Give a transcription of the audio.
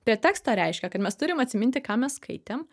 prie teksto reiškia kad mes turim atsiminti ką mes skaitėm